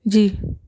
جی